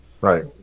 Right